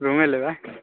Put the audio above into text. रूमे लेबे